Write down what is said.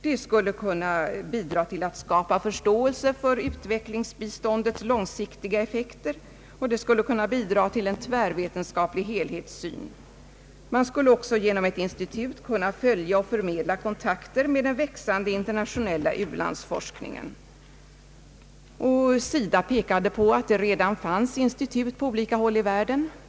Det skulle kunna bidra till att skapa för ståelse för utvecklingsbiståndets långsiktiga effekter, och det skulle kunna bidra till en tvärvetenskaplig helhetssyn. Man skulle också genom ett institut kunna följa och förmedla kontakter med den växande internationella u-landsforskningen. SIDA pekade på att det redan fanns institut på olika håll i världen.